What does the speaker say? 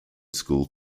school